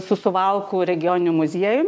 su suvalkų regioniniu muziejumi